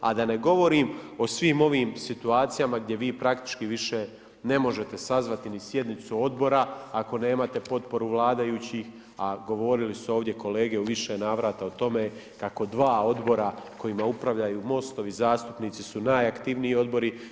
A da ne govorim o svim ovim situacijama gdje vi praktički više ne možete sazvati ni sjednicu odbora ako nemate potporu vladajućih, a govorili su ovdje kolege u više navrata o tome kako dva odbora kojima upravljaju Mostovi zastupnici su najaktivniji odbori.